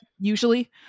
usually